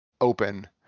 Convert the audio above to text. open